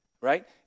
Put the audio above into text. right